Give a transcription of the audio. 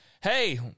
hey